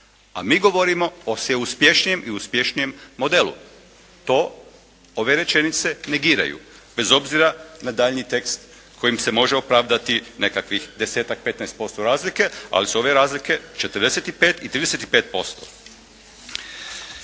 A mi govorimo o sve uspješnijem i uspješnijem modelu. To ove rečenice negiraju bez obzira na daljnji tekst kojim se može opravdati nekakvih desetak, petnaest posto razlike ali su ove razlike 45 i 35%.